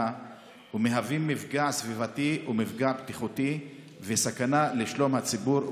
ומהווים מפגע סביבתי ומפגע בטיחותי וסכנה לשלום הציבור,